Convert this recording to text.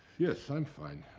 yes, i'm fine.